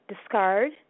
discard